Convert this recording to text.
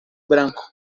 branco